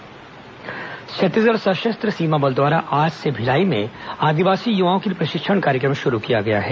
सशस्त्र सीमा बल प्रशिक्षण छत्तीसगढ़ सशस्त्र सीमा बल द्वारा आज से भिलाई में आदिवासी युवाओं के लिए प्रशिक्षण कार्यक्रम शुरू किया गया है